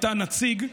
את הנציג,